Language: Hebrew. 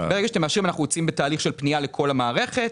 ברגע שאתם מאשרים אנחנו יוצאים בתהליך של פנייה לכל המערכת,